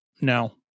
no